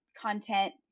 content